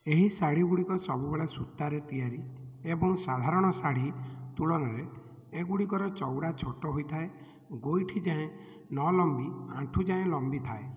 ଏହି ଶାଢ଼ୀଗୁଡ଼ିକ ସବୁବେଳେ ସୂତାରେ ତିଆରି ଏବଂ ସାଧାରଣ ଶାଢ଼ୀ ତୁଳନାରେ ଏଗୁଡ଼ିକର ଚଉଡ଼ା ଛୋଟ ହୋଇଥାଏ ଗୋଇଠି ଯାଏଁ ନଲମ୍ବି ଆଣ୍ଠୁ ଯାଏଁ ଲମ୍ବିଥାଏ